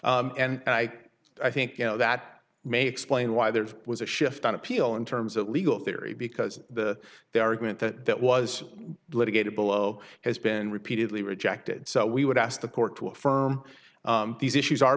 and i i think you know that may explain why there was a shift on appeal in terms of legal theory because the their argument that that was litigated below has been repeatedly rejected so we would ask the court to affirm these issues are